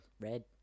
red